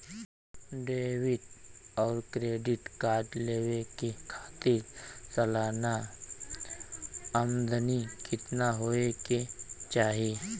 Debit और credit card लेवे के खातिर सलाना आमदनी कितना हो ये के चाही?